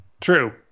True